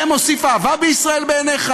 זה מוסיף אהבה בישראל בעיניך?